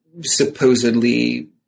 supposedly